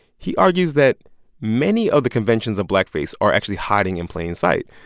he argues that many of the conventions of blackface are actually hiding in plain sight,